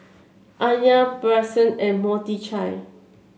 Anya Bryson and Mordechai